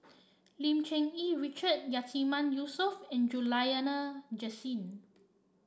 Lim Cherng Yih Richard Yatiman Yusof and Juliana Jasin